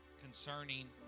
concerning